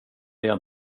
igen